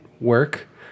work